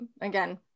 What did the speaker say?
again